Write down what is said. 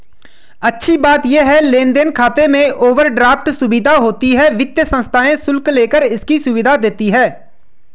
अच्छी बात ये है लेन देन खाते में ओवरड्राफ्ट सुविधा होती है वित्तीय संस्थाएं शुल्क लेकर इसकी सुविधा देती है